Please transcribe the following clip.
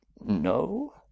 No